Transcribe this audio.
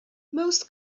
most